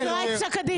תקרא את פסק הדין.